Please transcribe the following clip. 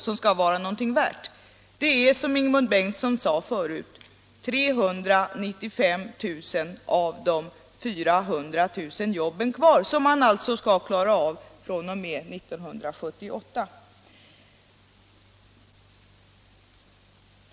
Det är som Ingemund Bengtsson sade förut: 395 000 av de 400 000 jobben är kvar, och detta skall man alltså få till stånd fr.o.m. år 1978.